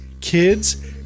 kids